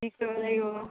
কি কৰিব লাগিব